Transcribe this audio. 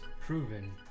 proven